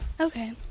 Okay